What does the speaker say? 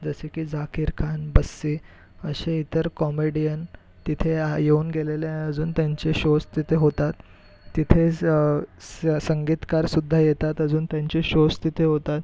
जसे की झाकीर खान बस्से अशे इतर कॉमेडियन तिथे येऊन गेलेले आहे अजून त्यांचे शोज तिथे होतात तिथे स स संगीतकारसुध्दा येतात अजून त्यांचे शोज तिथे होतात